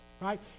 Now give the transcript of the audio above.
right